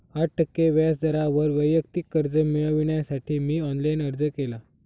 आठ टक्के व्याज दरावर वैयक्तिक कर्ज मिळविण्यासाठी मी ऑनलाइन अर्ज केला